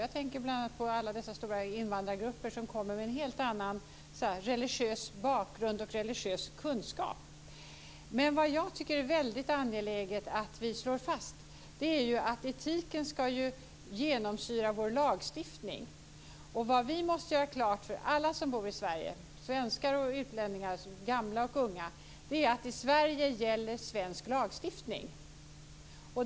Jag tänker bl.a. på alla de stora invandrargrupper som kommer med en helt annan religiös bakgrund och kunskap. Det som jag tycker är angeläget att slå fast är att etiken ska genomsyra vår lagstiftning. Vi måste göra klart för alla som bor i Sverige - svenskar och utlänningar, gamla och unga - att i Sverige gäller svensk lag.